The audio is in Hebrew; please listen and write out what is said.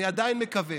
אני עדיין מקווה